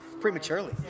prematurely